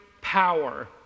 power